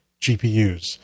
GPUs